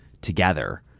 together